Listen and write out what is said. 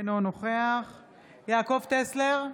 אינו נוכח יעקב טסלר,